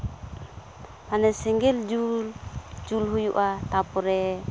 ᱢᱟᱱᱮ ᱥᱮᱸᱜᱮᱞ ᱡᱩᱞ ᱡᱩᱞ ᱦᱩᱭᱩᱜᱼᱟ ᱛᱟᱯᱚᱨᱮ